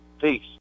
Peace